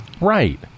Right